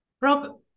Rob